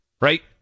right